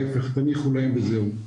ההיפך, תניחו להם וזהו.